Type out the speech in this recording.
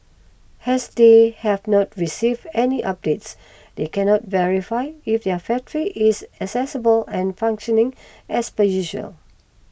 has they have not received any updates they cannot verify if their factory is accessible and functioning as per usual